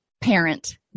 parent